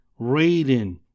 Raiden